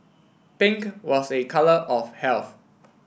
pink was a colour of health